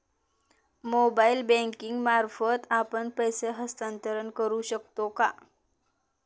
Mobile banking मार्फत आपण पैसे हस्तांतरण करू शकतो का?